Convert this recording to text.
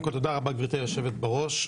תודה רבה, גברתי יושבת הראש.